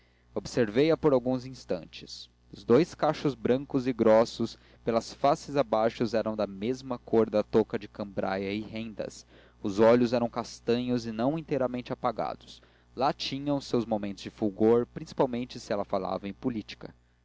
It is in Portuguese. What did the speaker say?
minuciosamente observei-a por alguns instantes os dous cachos brancos e grossos pelas faces abaixo eram da mesma cor da touca de cambraia e rendas os olhos eram castanhos e não inteiramente apagados lá tinham seus momentos de fulgor principalmente se ela falava em política